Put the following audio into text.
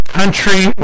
country